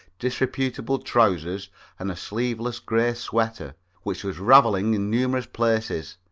disreputable trousers and a sleeveless gray sweater which was raveling in numerous places.